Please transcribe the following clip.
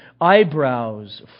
Eyebrows